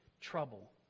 trouble